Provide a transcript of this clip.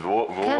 כן,